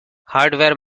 hardware